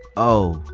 oh,